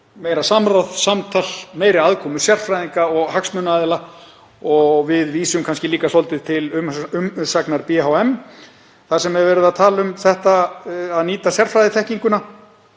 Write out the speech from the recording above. meira samráð, samtal, meiri aðkomu sérfræðinga og hagsmunaaðila. Við vísum líka svolítið til umsagnar BHM þar sem verið er að tala um að nýta sérfræðiþekkinguna